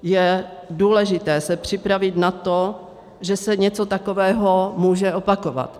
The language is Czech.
Je důležité se připravit na to, že se něco takového může opakovat.